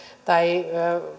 tai